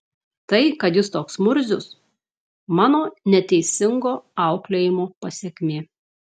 tai kad jis toks murzius mano neteisingo auklėjimo pasekmė